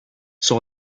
son